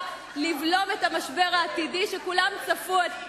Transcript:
ידעה לבלום את המשבר העתידי, שכולם צפו,